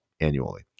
annually